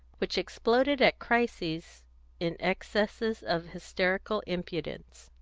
which exploded at crises in excesses of hysterical impudence.